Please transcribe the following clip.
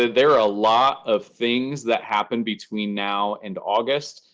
ah there are a lot of things that happen between now and august.